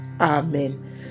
Amen